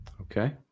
Okay